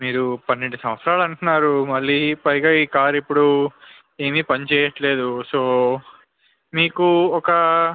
మీరు పన్నెండు సంవత్సరాలు అంటున్నారు మళ్ళీ పైగా ఈ కార్ ఇప్పుడు ఏమీ పని చేయట్లేదు సో మీకు ఒక